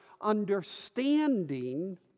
understanding